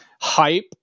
hype